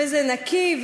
וזה נקי,